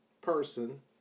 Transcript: person